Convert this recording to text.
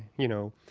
you know,